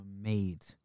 made